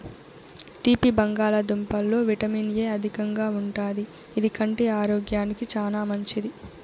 తీపి బంగాళదుంపలలో vitamin A అధికంగా ఉంటాది, ఇది కంటి ఆరోగ్యానికి చానా మంచిది